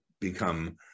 become